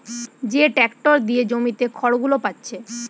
যে ট্যাক্টর দিয়ে জমিতে খড়গুলো পাচ্ছে